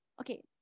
Okay